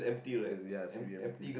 is yes b_m_t